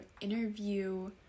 interview